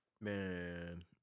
Man